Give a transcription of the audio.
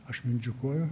aš mindžikuoju